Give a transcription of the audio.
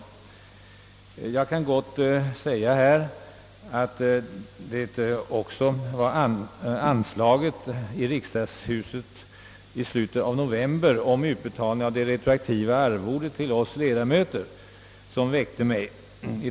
Och jag kan gott säga, att anslaget här i riksdagshuset i slutet av november om utbetalning av det retroaktiva arvodet till oss ledamöter väckte mig.